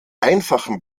einfachen